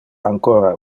ancora